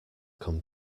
come